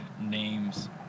names